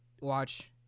watch